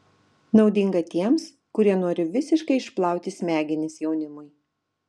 naudinga tiems kurie nori visiškai išplauti smegenis jaunimui